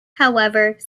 however